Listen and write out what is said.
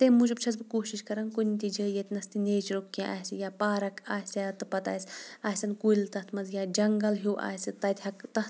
تیٚم موٗجوٗب چھٮ۪س بہٕ کوٗشِش کَران کُنہِ تہِ جٲے ییٚتِنَس تہِ نیچرُک کینٛہہ آسہِ یا پارک آسہِ یا تہٕ پَتہٕ آسہِ آسن کُلۍ تَتھ منٛز یا جنٛگَل ہیوٗ آسہِ تَتہِ ہٮ۪کہٕ تَتھ